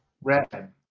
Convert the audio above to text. Red